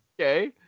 Okay